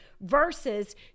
versus